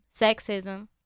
sexism